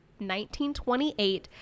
1928